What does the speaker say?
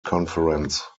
conference